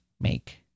make